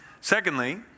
Secondly